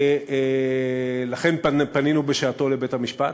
לכן פנינו בשעתנו לבית-המשפט.